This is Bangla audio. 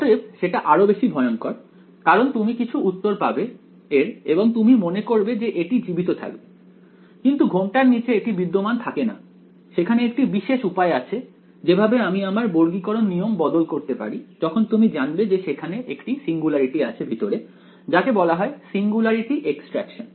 অতএব সেটা আরও বেশি ভয়ঙ্কর কারণ তুমি কিছু উত্তর পাবে এর এবং তুমি মনে করবে যে এটি জীবিত থাকবে কিন্তু ঘোমটার নিচে এটি বিদ্যমান থাকে না সেখানে একটি বিশেষ উপায় আছে যেভাবে আমি আমার বর্গীকরণ নিয়ম বদল করতে পারি যখন তুমি জানবে যে সেখানে একটি সিঙ্গুলারিটি আছে ভিতরে যাকে বলা হয় সিঙ্গুলারিটি এক্সট্রাকশন